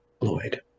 Lloyd